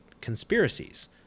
conspiracies